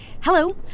Hello